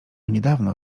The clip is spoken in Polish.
niedawno